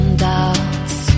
doubts